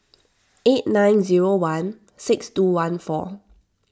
eight nine zero one six two one four